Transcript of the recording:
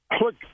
look